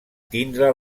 tindre